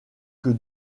que